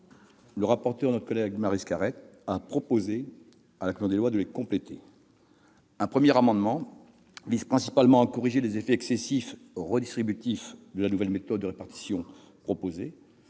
le rapporteur, notre collègue Maryse Carrère, a proposé à la commission des lois de les compléter. Un premier amendement tend principalement à corriger les effets excessivement redistributifs de la nouvelle méthode de répartition proposée,